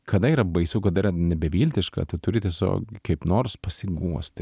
kada yra baisu kad yra nebeviltiška tu turi tiesiog kaip nors pasiguosti